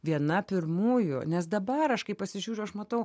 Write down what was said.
viena pirmųjų nes dabar aš kai pasižiūriu aš matau